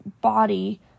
body